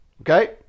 Okay